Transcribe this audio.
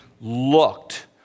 looked